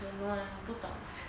don't know ah 不懂